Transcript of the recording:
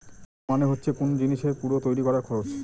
cost মানে হচ্ছে কোন জিনিসের পুরো তৈরী করার খরচ